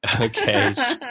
Okay